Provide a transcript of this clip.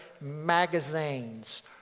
magazines